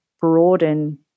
broaden